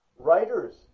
Writers